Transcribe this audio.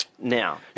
Now